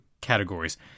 categories